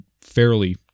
fairly